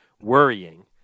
worrying